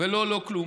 ולא לא-כלום?